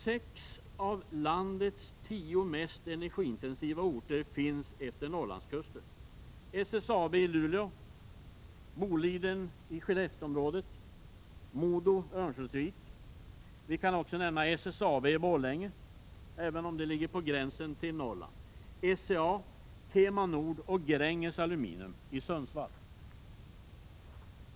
Sex av landets tio mest energiintensiva industrier finns efter Norrlandskusten — SSAB i Luleå, Boliden i Skellefteåområdet, MoDo i Örnsköldsvik, SCA, Kema Nord och Gränges Aluminium i Sundsvall. Jag kan också nämna SSAB i Borlänge, även om det ligger på gränsen till Norrland.